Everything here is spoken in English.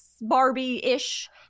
Barbie-ish